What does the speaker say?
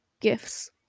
gifts